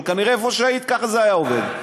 אבל כנראה איפה שהיית, ככה זה היה עובד.